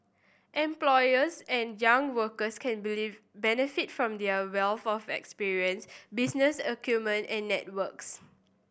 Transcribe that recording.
employers and younger workers can believe benefit from their wealth of experience business acumen and networks